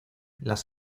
las